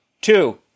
Two